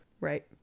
Right